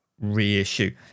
Reissue